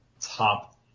Top